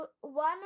one